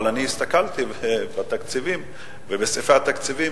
אבל הסתכלתי בתקציבים ובסעיפי התקציב: